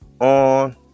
on